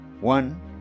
one